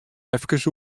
efkes